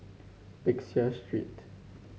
Peck Seah Street